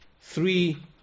three